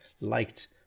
liked